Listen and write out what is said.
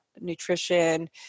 nutrition